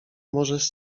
możesz